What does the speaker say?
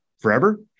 forever